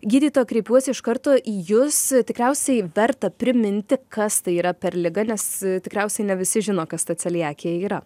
gydytoja kreipiuosi iš karto į jus tikriausiai verta priminti kas tai yra per liga nes tikriausiai ne visi žino kas ta celiakija yra